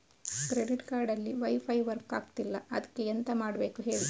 credit card ಅಲ್ಲಿ wifi work ಆಗ್ತಿಲ್ಲ ಅದ್ಕೆ ಎಂತ ಮಾಡಬೇಕು ಹೇಳಿ